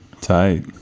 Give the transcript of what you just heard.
tight